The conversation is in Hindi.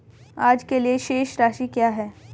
आज के लिए शेष राशि क्या है?